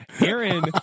Aaron